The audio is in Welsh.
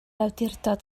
awdurdod